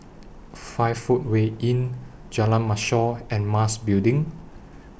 five Footway Inn Jalan Mashor and Mas Building